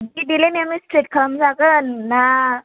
बे देलायनायावनो स्ट्रेट खालामजागोन ना